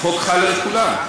החוק חל על כולם.